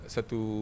Satu